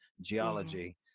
geology